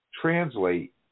translate